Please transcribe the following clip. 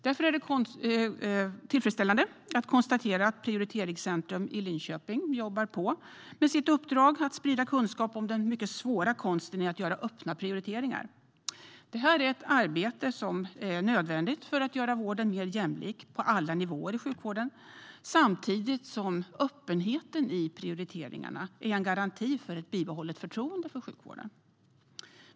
Därför är det tillfredsställande att konstatera att Prioriteringscentrum i Linköping jobbar på med sitt uppdrag att sprida kunskap om den mycket svåra konsten att göra öppna prioriteringar. Det är ett arbete som är nödvändigt för att göra sjukvården mer jämlik på alla nivåer samtidigt som öppenheten i prioriteringarna är en garanti för bibehållet förtroende för sjukvården.